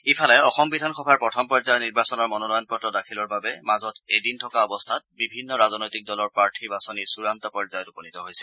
ইফালে অসম বিধানসভাৰ প্ৰথম পৰ্যায়ৰ নিৰ্বাচনৰ মনোনয়নপত্ৰ দাখিলৰ বাবে মাজত এদিন থকা অৱস্থাত বিভিন্ন ৰাজনৈতিক দলৰ প্ৰাৰ্থী বাছনি চূড়ান্ত পৰ্যায়ত উপনীত হৈছে